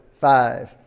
five